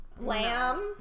Lamb